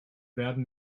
werden